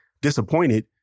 disappointed